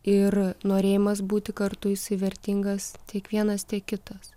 ir norėjimas būti kartu jisai vertingas tiek vienas tiek kitas